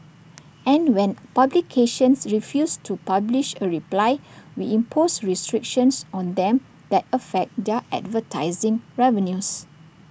and when publications refuse to publish A reply we impose restrictions on them that affect their advertising revenues